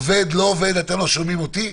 עובד, לא עובד, אתם לא שומעים אותי.